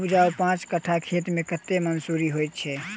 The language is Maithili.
उपजाउ पांच कट्ठा खेत मे कतेक मसूरी होइ छै?